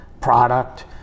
product